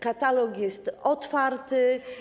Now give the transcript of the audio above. Katalog jest otwarty.